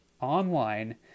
online